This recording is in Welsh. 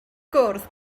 gwrdd